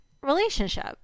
relationship